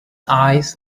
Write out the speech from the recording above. eyes